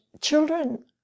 children